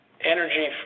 energy